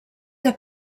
que